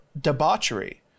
debauchery